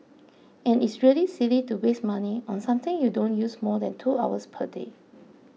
and it's really silly to waste money on something you don't use more than two hours per day